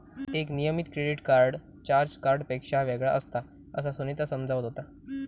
एक नियमित credit card charge कार्डपेक्षा वेगळा असता, असा सुनीता समजावत होता